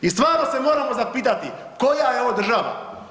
I stvarno se moramo zapitati koja je ovo država?